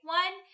one